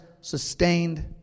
sustained